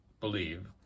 believe